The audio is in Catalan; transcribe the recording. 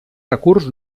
recurs